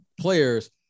players